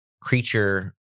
creature